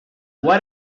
what